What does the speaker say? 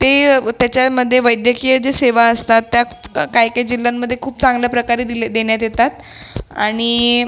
ते त्याच्यामध्ये वैद्यकीय जे सेवा असतात त्या काही काही जिल्ह्यांमध्ये खूप चांगल्या प्रकारे दिले देण्यात येतात आणि